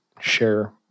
share